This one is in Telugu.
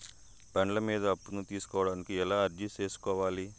బండ్ల మీద అప్పును తీసుకోడానికి ఎలా అర్జీ సేసుకోవాలి?